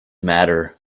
matter